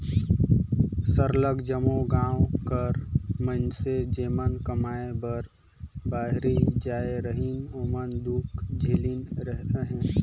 सरलग जम्मो गाँव कर मइनसे जेमन कमाए बर बाहिरे जाए रहिन ओमन दुख झेलिन अहें